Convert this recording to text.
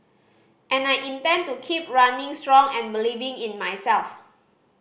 and I intend to keep running strong and believing in myself